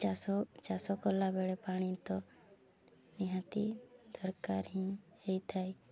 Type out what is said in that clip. ଚାଷ ଚାଷ କଲାବେଳେ ପାଣି ତ ନିହାତି ଦରକାର ହିଁ ହୋଇଥାଏ